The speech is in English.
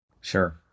Sure